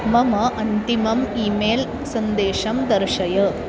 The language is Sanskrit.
मम अन्तिमम् ई मेल् सन्देशं दर्शय